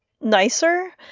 nicer